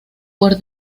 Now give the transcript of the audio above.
por